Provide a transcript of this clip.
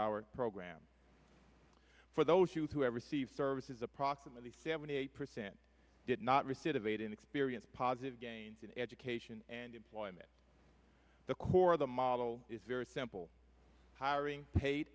our program for those who have received services approximately seventy eight percent did not receive aid and experience positive gains in education and employment the core of the model is very simple hiring hate